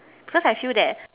cause I feel that